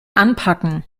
anpacken